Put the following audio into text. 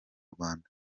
rwanda